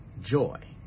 joy